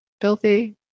Filthy